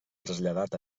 traslladat